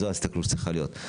זו ההסתכלות שצריכה להיות.